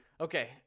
Okay